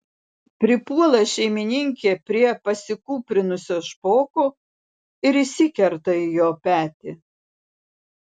pripuola šeimininkė prie pasikūprinusio špoko ir įsikerta į jo petį